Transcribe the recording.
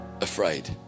afraid